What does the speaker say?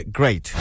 great